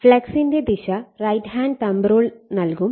ഫ്ലക്സിന്റെ ദിശ right hand thumb rule നൽകും